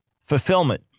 fulfillment